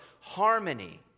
harmony